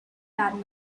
that